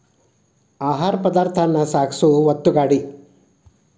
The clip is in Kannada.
ಆಹಾರ ಪದಾರ್ಥಾನ ಸಾಗಸು ಒತ್ತುಗಾಡಿ